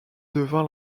devient